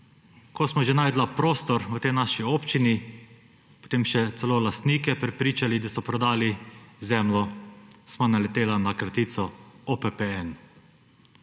Ko sva že našla prostor v tej naši občini, potem še celo lastnike prepričali, da so prodali zemljo, sva naletela na kratico OPPN.